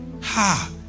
Ha